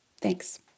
Thanks